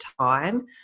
time